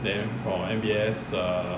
then from M_B_S err